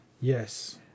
Yes